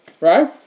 Right